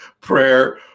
prayer